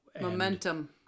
Momentum